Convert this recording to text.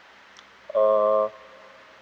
err